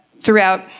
throughout